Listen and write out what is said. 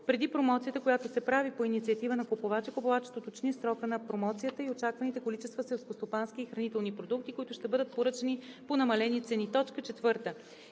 преди промоцията, която се прави по инициатива на купувача, купувачът уточни срока на промоцията и очакваните количества селскостопански и хранителни продукти, които ще бъдат поръчани по намалени цени; 4. искане от